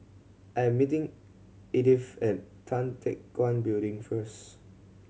I am meeting Edyth at Tan Teck Guan Building first